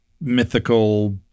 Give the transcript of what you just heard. mythical